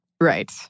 Right